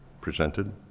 presented